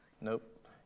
Nope